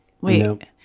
Wait